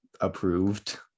approved